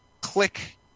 click